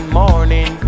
morning